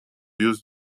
use